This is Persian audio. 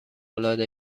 العاده